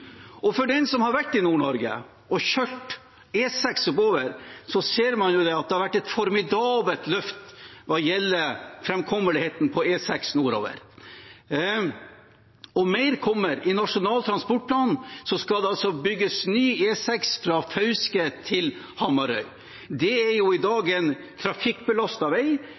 Den som har vært i Nord-Norge og kjørt E6 oppover, ser at det har vært et formidabelt løft hva gjelder framkommeligheten på E6 nordover. Og mer kommer. Ifølge Nasjonal transportplan skal det bygges ny E6 fra Fauske til Hamarøy. Det er i dag en trafikkbelastet vei.